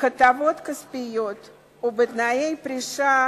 בהטבות כספיות או בתנאי פרישה